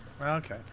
Okay